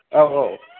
औ औ